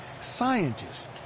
scientists